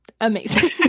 Amazing